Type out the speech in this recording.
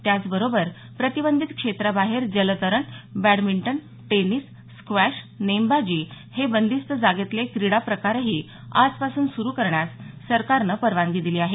त्याचबरोबर प्रतिबंधित क्षेत्राबाहेर जलतरण बॅडमिंटन टेनिस स्कॅश नेमबाजी हे बंदिस्त जागेतले क्रीडा प्रकाराही आजपासून सुरु करण्यास सरकारन परवानगी दिली आहे